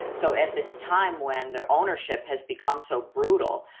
so at this time, when their ownership has become so brutal,